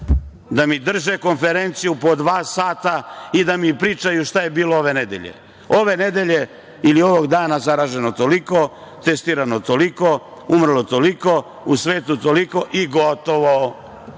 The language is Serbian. da mi drže konferenciju po dva sata i da mi pričaju šta je bilo ove nedelje. Ove nedelje ili ovog dana zaraženo je toliko, testirano toliko, umrlo toliko, u svetu toliko i gotovo.